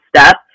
step